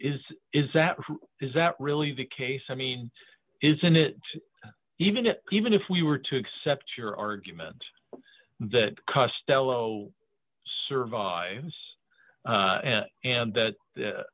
is is that is that really the case i mean isn't it even if even if we were to accept your argument that cussed elo survives and that